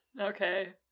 Okay